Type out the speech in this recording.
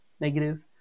negative